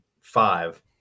five